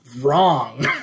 wrong